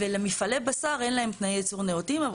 למפעלי בשר אין תנאי ייצור נאותים.